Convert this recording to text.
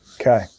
Okay